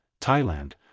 Thailand